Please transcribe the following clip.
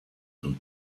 und